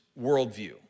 worldview